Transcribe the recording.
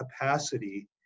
capacity